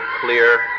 clear